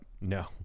No